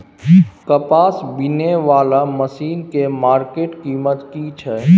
कपास बीनने वाला मसीन के मार्केट कीमत की छै?